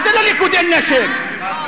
מה זה "לליכוד אין נשק" לליכוד אין שבויים.